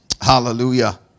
Hallelujah